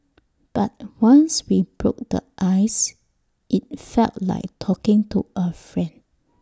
but once we broke the ice IT felt like talking to A friend